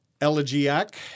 elegiac